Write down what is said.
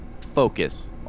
focus